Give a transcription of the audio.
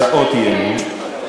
הצעות אי-אמון,